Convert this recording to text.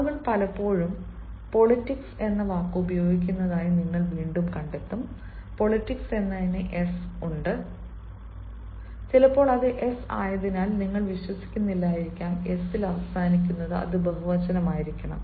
ആളുകൾ പലപ്പോഴും പൊളിറ്റിക്സ് എന്ന വാക്ക് ഉപയോഗിക്കുന്നതായി നിങ്ങൾ വീണ്ടും കണ്ടെത്തും പൊളിറ്റിക്സ് എന്നതിന് s ഉം ഉണ്ട് ചിലപ്പോൾ അത് s ആയതിനാൽ നിങ്ങൾ വിശ്വസിക്കുന്നില്ലായിരിക്കാം s ൽ അവസാനിക്കുന്നത് അത് ബഹുവചനമായിരിക്കണം